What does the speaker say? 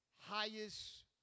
highest